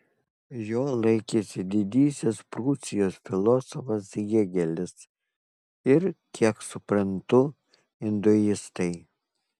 jo laikėsi didysis prūsijos filosofas hėgelis ir kiek suprantu induistai